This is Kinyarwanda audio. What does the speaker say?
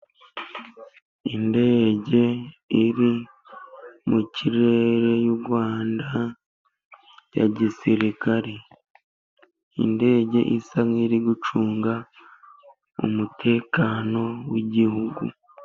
Indege iri mu kirere y'u Rwanda ya gisirikare, indege isa nk'iri gucunga umutekano w'igihugu.